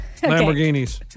Lamborghinis